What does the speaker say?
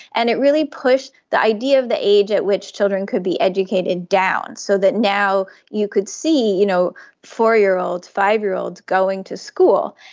and it really pushed the idea of the age at which children could be educated down, so that now you could see you know four-year-olds, five-year-olds going to school.